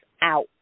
Out